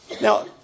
now